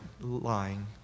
lying